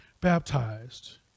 baptized